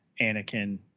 Anakin